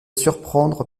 surprendre